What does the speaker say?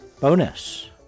bonus